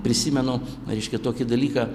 prisimenu reiškia tokį dalyką